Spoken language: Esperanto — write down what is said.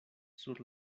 sur